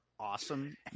awesome